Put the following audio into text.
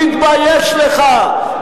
תתבייש לך,